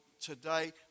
today